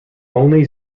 only